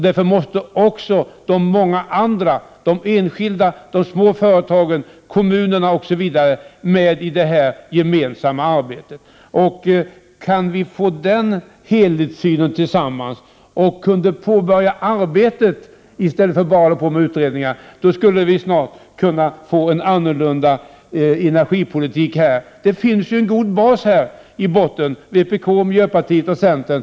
Därför måste också många andra — enskilda, små företag, kommuner osv. — gemensamt delta i detta arbete. Om vi gemensamt kunde få till stånd en sådan helhetssyn och om vi kunde påbörja ett arbete i stället för att bara utreda, skulle vi snart kunna åstadkomma en annorlunda energipolitik. Det finns ju en god bas — vpk, miljöpartiet och centern.